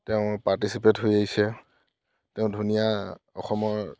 তেওঁ পাৰ্টিচিপেট হৈ আহিছে তেওঁ ধুনীয়া অসমৰ